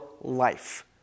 life